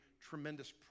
tremendous